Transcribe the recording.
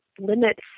limits